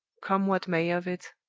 come what may of it,